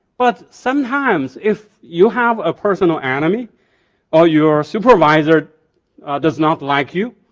but sometimes if you have a personal enemy or your supervisor does not like you,